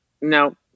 No